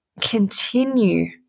continue